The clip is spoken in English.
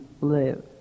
live